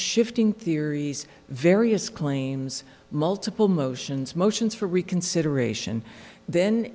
shifting theories various claims multiple motions motions for reconsideration then